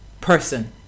person